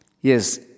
Yes